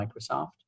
Microsoft